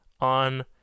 on